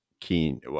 keen